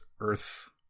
Earth